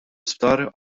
isptar